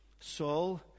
Saul